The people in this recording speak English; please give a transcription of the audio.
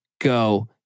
go